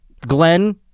Glenn